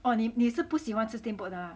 哦你你是不喜欢吃 steamboat 的啊